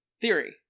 Theory